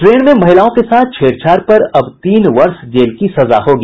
train में महिलाओं के साथ छेड़छाड़ पर अब तीन वर्ष जेल की सजा होगी